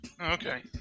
Okay